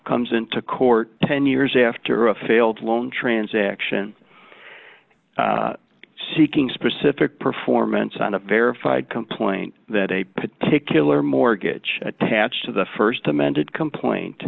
comes into court ten years after a failed loan transaction seeking specific performance on a verified complaint that a particular mortgage attached to the st amended complaint